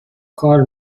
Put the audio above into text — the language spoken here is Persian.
کار